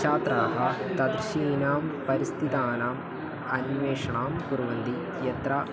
छात्राः तादृशीनां परिस्थितीनाम् अन्वेषणं कुर्वन्ति यत्र